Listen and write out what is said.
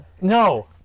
no